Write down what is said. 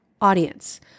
audience